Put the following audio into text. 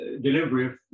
delivery